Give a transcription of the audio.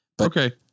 Okay